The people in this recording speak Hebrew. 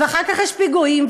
ואחר כך יש פיגועים,